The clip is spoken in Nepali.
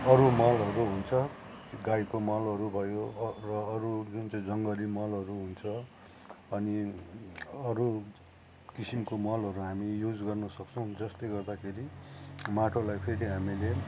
अरू मलहरू हुन्छ गाईको मलहरू भयो र अरू जुन चाहिँ जङ्गली मलहरू हुन्छ अनि अरू किसिमको मलहरू हामी युज गर्न सक्छौँ जसले गर्दाखेरि माटोलाई फेरि हामीले